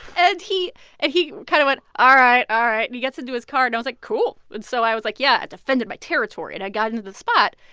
and he and he kind of went, ah all right. all ah right. and he gets into his car. and i was like, cool. and so i was like, yeah, i defended my territory. and i got into the spot.